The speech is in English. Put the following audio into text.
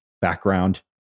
background